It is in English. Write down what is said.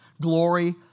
glory